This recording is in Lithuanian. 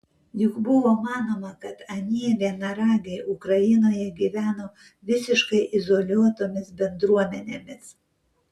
juk buvo manoma kad anie vienaragiai ukrainoje gyveno visiškai izoliuotomis bendruomenėmis